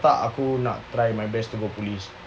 tak aku nak try my best to go police